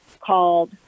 called